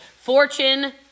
fortune